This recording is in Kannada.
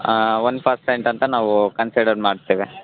ಹಾಂ ಒಂದು ಪರ್ಸೆಂಟ್ ಅಂತ ನಾವು ಕನ್ಸಿಡರ್ ಮಾಡ್ತೇವೆ